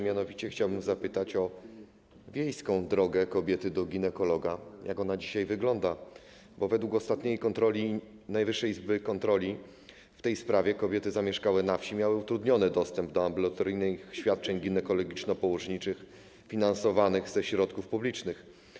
Mianowicie chciałbym zapytać o wiejską drogę kobiety do ginekologa, jak ona dzisiaj wygląda, bo według ostatniej kontroli Najwyższej Izby Kontroli w tej sprawie kobiety zamieszkałe na wsi miały utrudniony dostęp do ambulatoryjnych świadczeń ginekologiczno-położniczych finansowanych ze środków publicznych.